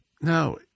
No